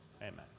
Amen